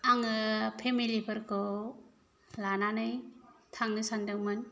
आङो फेमिलिफोरखौ लानानै थांनो सानदोंमोन